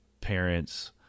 parents